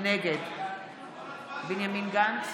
נגד בנימין גנץ,